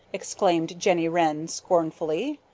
exclaimed jenny wren scornfully.